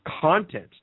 content